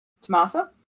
Tomasa